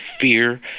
fear